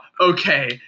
Okay